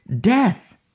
death